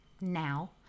now